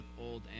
Old